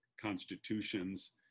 constitutions